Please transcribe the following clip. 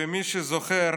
מי שזוכר,